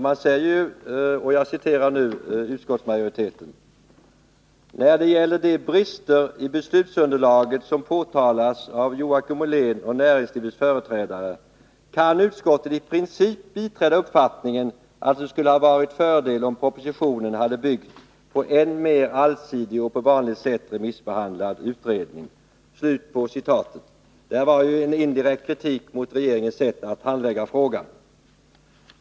Utskottsmajoriteten skriver i betänkandet: ”När det gäller de brister i beslutsunderlaget som påtalas av Joakim Ollén och näringslivets företrädare kan utskottet i princip biträda uppfattningen att det skulle ha varit till fördel om propositionen hade byggt på än mer allsidig och på vanligt sätt remissbehandlad utredning.” Detta var en indirekt kritik av regeringens sätt att handlägga frågan.